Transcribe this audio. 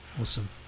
Awesome